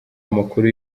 amakuru